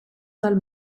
dal